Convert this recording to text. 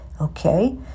Okay